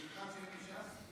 במיוחד שהם מש"ס?